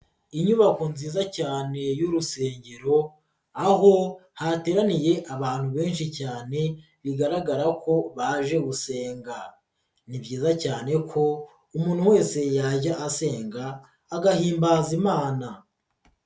Inyubako nziza cyane y'urusengero aho hateraniye abantu benshi cyane bigaragara ko baje gusenga ni byiza cyane ko umuntu wese yajya asenga agahimbaza Imana.